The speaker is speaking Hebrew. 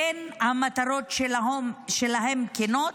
והמטרות שלהם לא כנות,